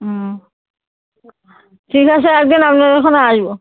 হুম ঠিক আছে একদিন আপনার ওখানে আসবো